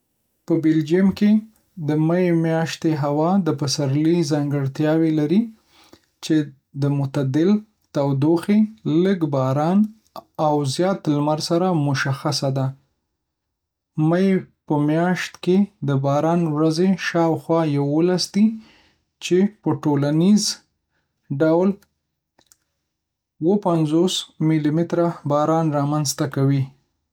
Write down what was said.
په بلجیم کې د می میاشتې هوا د پسرلي ځانګړتیاوې لري، چې د معتدل تودوخې، لږ باران، او زیات لمر سره مشخصه ده.په می میاشت کې د باران ورځې شاوخوا یولس ورځې دي، چې په ټولیز ډول اوه پنځوس میلی‌متره باران رامنځته کوي